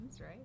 right